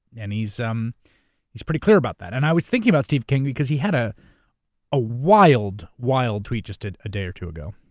and he's um he's pretty clear about that. and i was thinking about steve king because he had a ah wild, wild tweet just a day or two ago.